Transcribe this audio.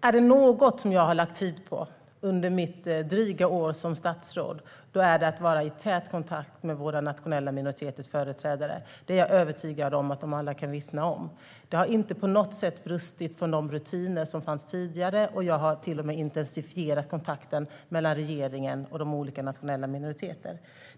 det är något jag har lagt tid på under mitt dryga år som statsråd är det att ha tät kontakt med våra nationella minoriteters företrädare. Det är jag övertygad om att de alla kan vittna om. Det har inte på något sätt brustit när det gäller de rutiner som fanns tidigare, och jag har till och med intensifierat kontakten mellan regeringen och de olika nationella minoriteterna.